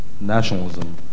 nationalism